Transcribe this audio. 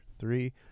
three